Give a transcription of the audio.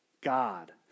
God